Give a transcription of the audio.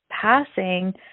passing